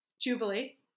Jubilee